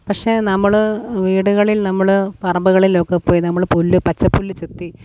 പക്ഷേ നമ്മള് വീടുകളിൽ നമ്മള് പറമ്പുകളിലൊക്കെ പോയി നമ്മള് പുല്ല് പച്ചപ്പുല്ല് ചെത്തി